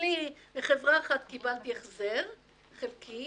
אצלי חברה אחת קיבלתי החזר חלקי